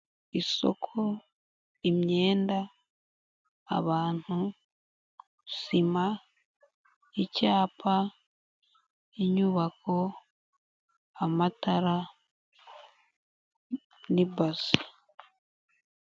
Isoko, imyenda, abantu, sima, icyapa, inyubako, amatara n'ibase.